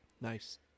Nice